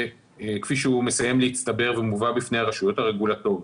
כפי שהוא מצטבר ומובא בפני הרשויות הרגולטוריות,